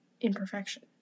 imperfection